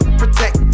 protect